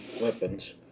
weapons